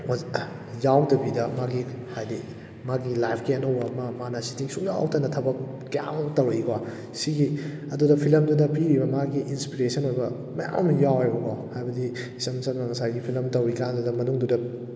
ꯌꯥꯎꯗꯕꯤꯗ ꯃꯥꯒꯤ ꯍꯥꯏꯗꯤ ꯃꯥꯒꯤ ꯂꯥꯏꯐꯀꯤ ꯑꯅꯧꯕ ꯑꯃ ꯃꯥꯒꯤ ꯆꯤꯇꯤꯡ ꯁꯨꯡꯌꯥꯎ ꯌꯥꯎꯗꯅ ꯊꯕꯛ ꯀꯌꯥꯝ ꯑꯃ ꯇꯧꯔꯛꯏꯀꯣ ꯁꯤꯒꯤ ꯑꯗꯨꯗ ꯐꯤꯂꯝꯗꯨꯗ ꯄꯤꯔꯤꯕ ꯃꯥꯒꯤ ꯏꯟꯁꯄꯤꯔꯦꯁꯟ ꯑꯣꯏꯕ ꯃꯌꯥꯝ ꯑꯃ ꯌꯥꯎꯋꯦꯕꯀꯣ ꯍꯥꯏꯕꯗꯤ ꯏꯁꯝ ꯁꯝꯅ ꯉꯁꯥꯏꯒꯤ ꯐꯤꯂꯝ ꯇꯧꯔꯤꯀꯥꯟꯗꯨꯗ ꯃꯅꯨꯡꯗꯨꯗ